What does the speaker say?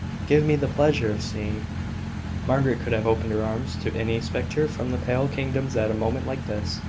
give me the pleasure of seeing margaret could have opened her arms to any spectre from the pale kingdoms at a moment like this,